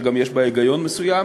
שגם יש בה היגיון מסוים,